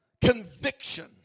conviction